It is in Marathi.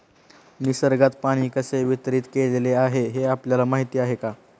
निसर्गात पाणी कसे वितरीत केलेले आहे हे आपल्याला माहिती आहे का?